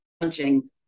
punching